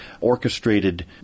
orchestrated